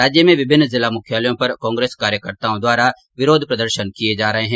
राज्य में विभिन्न जिला मुख्यालयों पर कांग्रेस कार्यकर्ताओं द्वारा विरोध प्रदर्शन किए जा रहे है